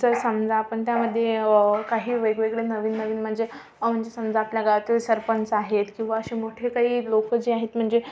जर समजा आपण त्यामध्ये काही वेगवेगडळे नवीननवीन मंजे मंजे समजा आपल्या गावातील सरपंच आहेत किंवा असे मोठे काही लोकं जे आहेत मंजे